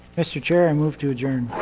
mr. chair, i move to adjourn.